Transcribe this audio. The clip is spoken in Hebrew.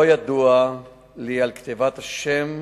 לא ידוע לי על כתיבת שם